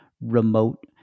remote